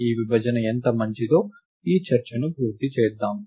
ఈ విభజన ఎంత మంచిదో ఈ చర్చను పూర్తి చేద్దాం